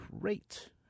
great